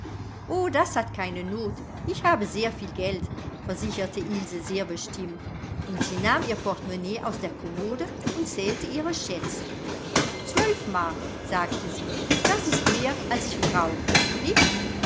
o das hat keine not ich habe sehr viel geld versicherte ilse sehr bestimmt und sie nahm ihr portemonnaie aus der kommode und zählte ihre schätze zwölf mark sagte sie das ist mehr als ich brauche nicht